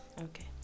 okay